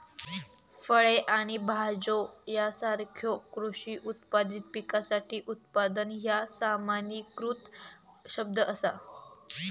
फळे आणि भाज्यो यासारख्यो कृषी उत्पादित पिकासाठी उत्पादन ह्या सामान्यीकृत शब्द असा